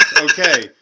okay